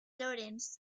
lawrence